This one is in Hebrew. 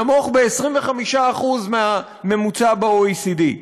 נמוך ב-25% מהממוצע ב-OECD.